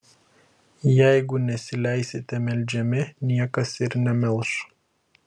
jeigu nesileisite melžiami niekas ir nemelš